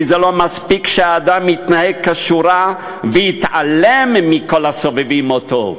זה לא מספיק שהאדם יתנהל כשורה ויתעלם מכל הסובבים אותו.